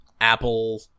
Apple